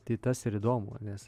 tai tas ir įdomu nes